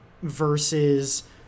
versus